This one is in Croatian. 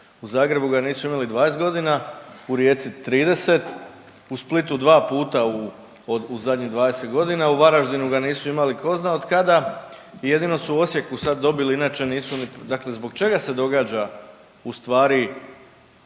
U Zagrebu ga nisu imali 20 godina, u Rijeci 30, u Splitu 2 puta u od u zadnjih 20 godina, u Varaždinu ga nisu imali tko zna od kada i jedino su u Osijeku sad dobili inače nisu ni, dakle zbog čega se događa u stvari